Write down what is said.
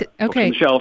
Okay